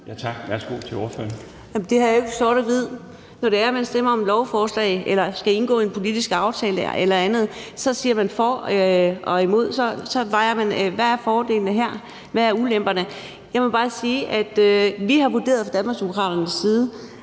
Karina Adsbøl (DD): Jamen det her er jo ikke sort og hvidt. Når man stemmer om lovforslag eller skal indgå i en politisk aftale eller andet, vejer man for og imod. Så vejer man, hvad fordelene er, op mod, hvad ulemperne er. Jeg må bare sige, at vi fra Danmarksdemokraternes side